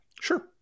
Sure